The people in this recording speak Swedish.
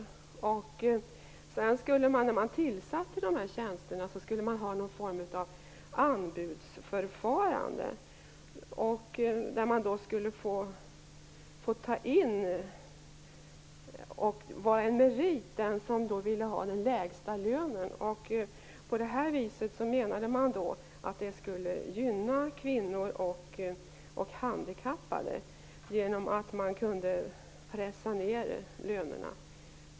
Vid tillsättningen skulle det vara något slags anbudsförfarande. Man skulle anställa den som ville ha den lägsta lönen -- det skulle vara en merit. På det viset skulle man gynna kvinnor och handikappade. Man kunde pressa ner lönerna.